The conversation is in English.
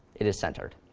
it is centered.